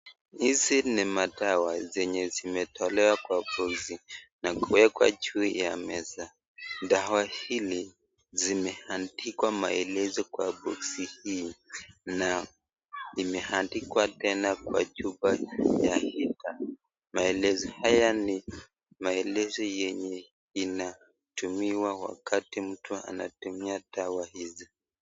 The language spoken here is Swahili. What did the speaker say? Hizi ni madawa zenye zimetolewa kwa boksi na kuekwa juu ya meza. Dawa hili zimeandikwa maelezo kwa boksi hii na imeandikwa tena kwa chupa. Maelezo haya ni maelezo yenye inatumiwa wakati mtu anatumia dawa hizi.